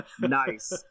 nice